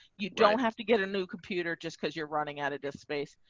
you don't have to get a new computer just because you're running out of disk space.